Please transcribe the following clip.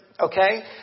Okay